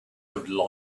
have